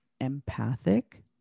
Empathic